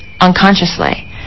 unconsciously